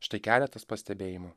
štai keletas pastebėjimų